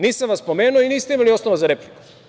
Nisam vas spomenuo i niste mi ni osnova za repliku.